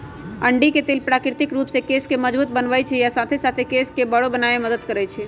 अंडी के तेल प्राकृतिक रूप से केश के मजबूत बनबई छई आ साथे साथ केश के बरो बनावे में मदद करई छई